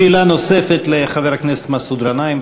שאלה נוספת לחבר הכנסת מסעוד גנאים.